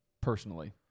personally